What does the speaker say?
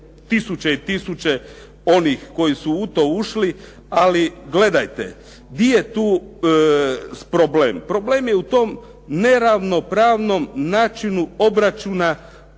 tisuće i tisuće onih koji su u to ušli. Ali gledajte, gdje je tu problem. Problem je u tom neravnopravnom načinu obračuna